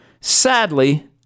Sadly